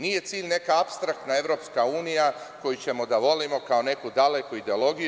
Nije cilj neka apstraktna EU koju ćemo da volimo kao neku daleku ideologiju.